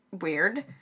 weird